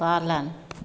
पालन